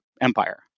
empire